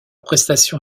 prestation